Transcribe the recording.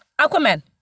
Aquaman